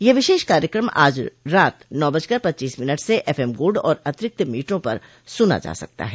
यह विशेष कार्यक्रम आज रात नौ बजकर पच्चीस मिनट से एफएम गोल्ड और अतिरिक्त मीटरों पर सुना जा सकता है